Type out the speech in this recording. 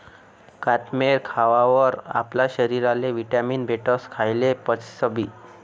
कोथमेर खावावर आपला शरीरले व्हिटॅमीन भेटस, खायेल पचसबी